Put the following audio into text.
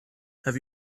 have